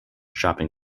shopping